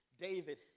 David